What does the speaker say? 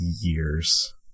years